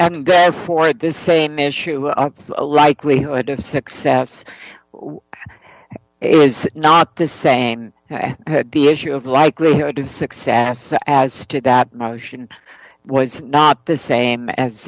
and therefore at the same issue a likelihood of success is not the same as the issue of likelihood of success as to that motion was not the same as